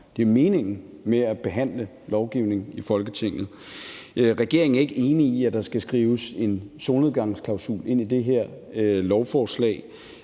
Det er meningen med at behandle lovgivning i Folketinget. Regeringen er ikke enig i, at der skal skrives en solnedgangsklausul ind i det her lovforslag.